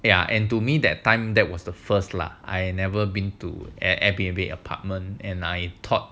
ya and to me that time that was the first lah I never been to an air B N B apartment and I thought